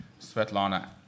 Svetlana